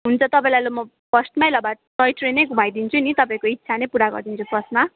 हुन्छ तपाईँलाई आहिले म फर्स्टमै ल भए टोय ट्रेन नै घुमाइदिन्छु नि तपाईँको इच्छा नै पुरा गरिदिन्छु फर्स्टमा